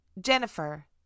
Jennifer